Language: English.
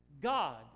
God